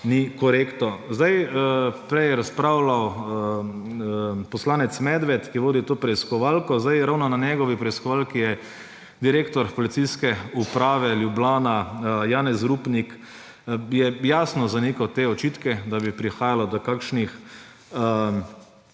ni korektno. Prej je razpravljal poslanec Medved, ki vodi to preiskovalko. Ravno na njegovi preiskovalki je direktor Policijske uprave Ljubljana Janez Rupnik jasno zanikal te očitke, da bi prihajalo do kakšnih